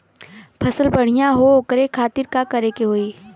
फसल बढ़ियां हो ओकरे खातिर का करे के होई?